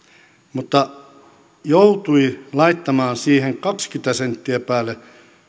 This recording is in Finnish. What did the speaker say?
mutta joutui laittamaan siihen kaksikymmentä senttiä päälle